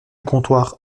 comptoir